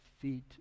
feet